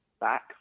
back